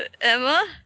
Emma